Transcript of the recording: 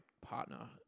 partner